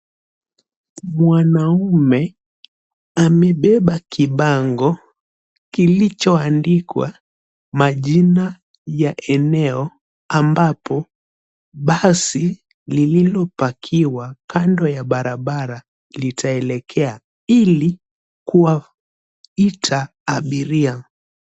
Mwanaume amebeba kibango kilichoandikwa majina ya eneo ambapo basi lililopakiwa kando ya barabara litaelekea ili kuwaita abiria.